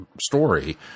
story